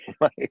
Right